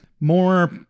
more